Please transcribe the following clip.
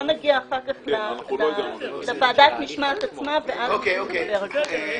נגיע לוועדת המשמעת עצמה, ואז נדבר על זה.